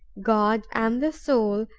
god and the soul,